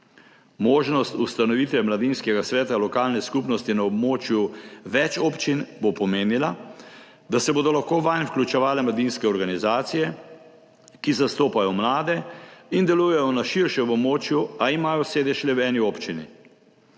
Možnost ustanovitve mladinskega sveta lokalne skupnosti na območju več občin bo pomenila, da se bodo lahko vanj vključevale mladinske organizacije, ki zastopajo mlade in delujejo na širšem območju, a imajo sedež le v eni občini.